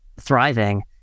thriving